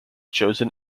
chosen